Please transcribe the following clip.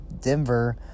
Denver